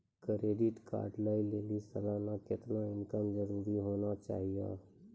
Credit card लय लेली सालाना कितना इनकम जरूरी होना चहियों?